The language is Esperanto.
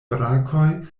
brakoj